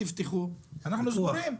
"תפתחו" "אנחנו סגורים".